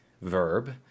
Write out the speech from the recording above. verb